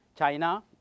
China